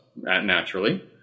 naturally